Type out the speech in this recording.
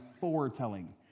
foretelling